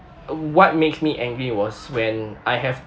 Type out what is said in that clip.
what makes me angry was when I have